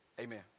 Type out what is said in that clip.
Amen